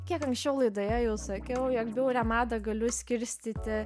kiek anksčiau laidoje jau sakiau jog bjaurią madą galiu skirstyti